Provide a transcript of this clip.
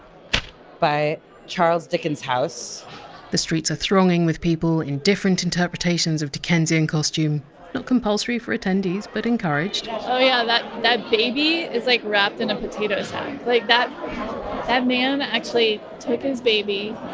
by charles dickens's house the streets are thronging with people in different interpretations of dickensian costume not compulsory for attendees, but encouraged ah ah that that baby is like wrapped in a potato sack. like that that man actually took his baby,